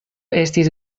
estis